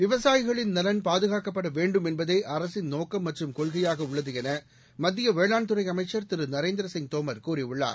விவசாயிகளின் நலன் பாதுகாக்கப்பட வேண்டும் என்பதே அரசின் நோக்கம் மற்றும் கொள்கையாக உள்ளது என மத்திய வேளாண் துறை அமைச்சர் திரு நரேந்திரசிங் தோமர் கூறியுள்ளார்